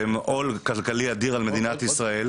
והם עול כלכלי אדיר על מדינת ישראל.